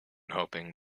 hoping